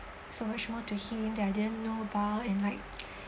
so much more to him that I didn't know about and like